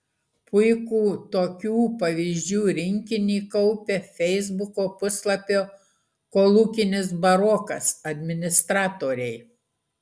puikų tokių pavyzdžių rinkinį kaupia feisbuko puslapio kolūkinis barokas administratoriai